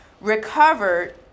recovered